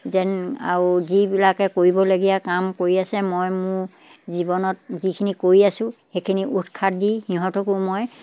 যেন আৰু যিবিলাকে কৰিবলগীয়া কাম কৰি আছে মই মোৰ জীৱনত যিখিনি কৰি আছোঁ সেইখিনি উৎসাহ দি সিহঁতকো মই